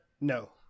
No